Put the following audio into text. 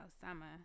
summer